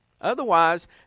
Otherwise